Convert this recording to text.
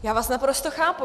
Já vás naprosto chápu.